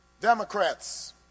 Democrats